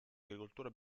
agricoltura